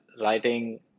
writing